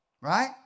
Right